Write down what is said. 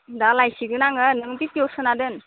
दा लायसिगोन आङो नों पिटियाव सोना दोन